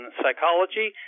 psychology